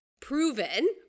proven